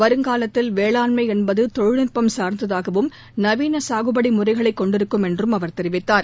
வருங்காலத்தில் வேளாண்மை என்பது தொழில்நுட்பம் சார்ந்ததாகவும் நவீன சாகுபடி முறைகளை கொண்டிருக்கும் என்றும் அவர் தெரிவித்தார்